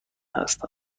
هستم